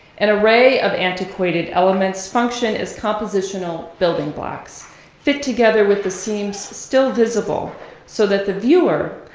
an array of antiquated elements function as compositional building blocks fit together with the seams still visible so that the viewer,